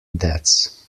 deaths